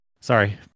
sorry